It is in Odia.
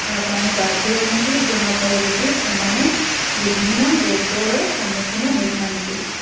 ପାଇଁ ବାଧ୍ୟ ହୁଅନ୍ତି ଯାହାଫଳରେକି ସେମାନେ ବିଭିନ୍ନ ରୋଗର ସମ୍ମୁଖୀନ ହୋଇଥାନ୍ତି